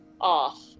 off